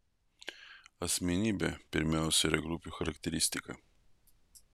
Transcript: asmenybė pirmiausia yra grupių charakteristika